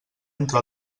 entre